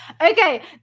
Okay